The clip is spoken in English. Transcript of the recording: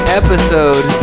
episode